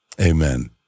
amen